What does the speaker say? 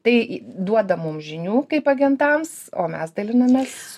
tai duoda mums žinių kaip agentams o mes dalinamės